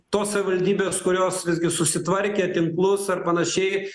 tos savivaldybės kurios visgi susitvarkė tinklus ar panašiai